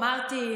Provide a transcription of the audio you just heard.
אמרתי,